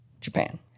Japan